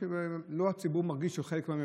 האם מישהו עצר לבחון את הצרכים של אוכלוסיות